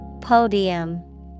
Podium